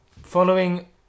Following